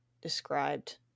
described